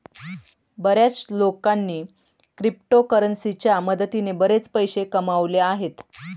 बर्याच लोकांनी क्रिप्टोकरन्सीच्या मदतीने बरेच पैसे कमावले आहेत